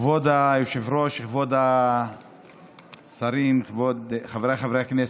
כבוד היושב-ראש, כבוד השרים, חבריי חברי הכנסת,